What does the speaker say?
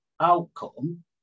outcome